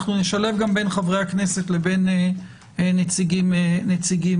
אנחנו גם נשלב בין חברי הכנסת לבין נציגים נוספים.